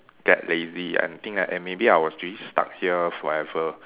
get lazy and think that eh maybe I was really stuck here forever